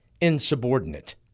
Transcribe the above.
insubordinate